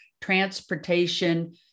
transportation